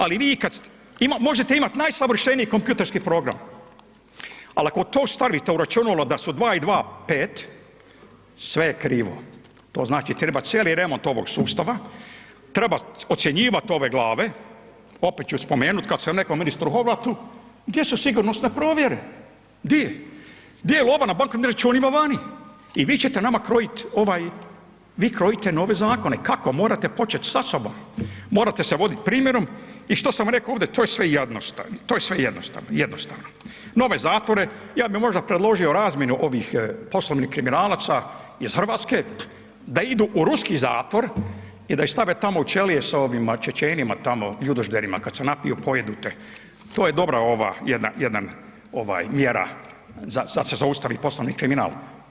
Ali vi, možete imat najsavršeniji kompjuterski program, al ako to stavite u računalo da su 2 i 2 pet, sve je krivo, to znači treba cijeli remont ovog sustava, treba ocjenjivat ove glave, opet ću spomenut kad sam reko ministru Horvatu gdje su sigurnosne provjere, di je, di je lova na bankovnim računima vani i vi ćete nama krojit ovaj, vi krojite nove zakone, kako, morate počet sa sobom, morate se vodit primjerom i što sam rekao ovde, to je sve jednostavno, jednostavno, nove zatvore, ja bi možda predložio razmjenu ovih poslovnih kriminalaca iz RH da idu u ruski zatvor i da ih stave tamo u čelije sa ovim Čečenima tamo, ljudožderima, kad se napiju pojedu te, to je dobra ova jedan ovaj mjera da se zaustavi poslovni kriminal.